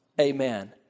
amen